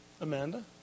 Amanda